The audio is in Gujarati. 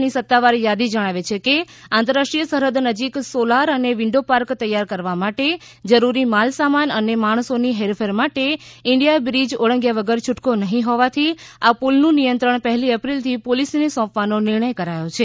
ની સત્તાવાર યાદી જણાવે છે કે આંતરરાષ્ટ્રીય સરહદ નજીક સોલાર અને વિન્ડ પાર્ક તૈયાર કરવા માટે જરૂરી માલસામાન અને માણસોની હેરફેર માટે ઇન્ડિયા બ્રિજ ઓળંગ્યા વગર છૂટકો નહિ હોવાથી આ પુલનું નિયંત્રણ પહેલી એપ્રિલથી પોલીસને સોંપવાનો નિર્ણય કરાયો છે